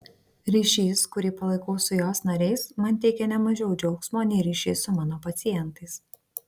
ryšys kurį palaikau su jos nariais man teikia ne mažiau džiaugsmo nei ryšys su mano pacientais